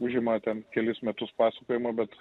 užima ten kelis metus pasakojimo bet